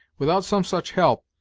without some such help,